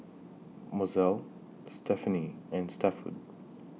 Mozelle Stephenie and Stafford